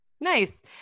nice